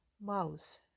mouse